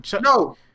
No